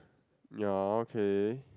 ya okay